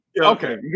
Okay